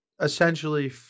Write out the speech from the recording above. essentially